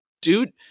dude